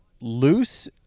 loose